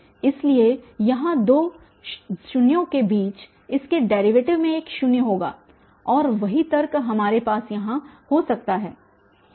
इसलिए यहाँ दो शून्यों के बीच इसके डेरीवेटिव में एक शून्य होगा और वही तर्क हमारे पास यहाँ हो सकता है